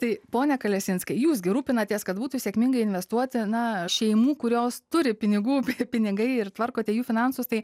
tai pone kalesinske jūs gi rūpinatės kad būtų sėkmingai investuoti na šeimų kurios turi pinigų pinigai ir tvarkote jų finansus tai